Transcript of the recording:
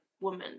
woman